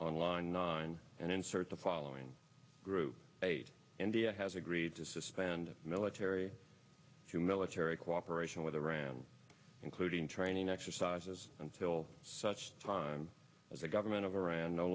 on line nine and insert the following group eight india has agreed to suspend military to military cooperation with iran including training exercises until such time as the government of iran no